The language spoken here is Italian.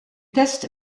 test